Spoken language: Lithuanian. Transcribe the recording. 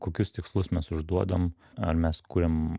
kokius tikslus mes užduodam ar mes kuriam